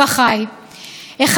ומייד שאלתי את עצמי: